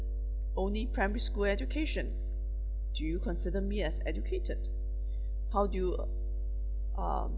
only primary school education do you consider me as educated how do you um